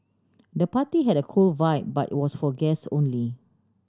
the party had a cool vibe but was for guests only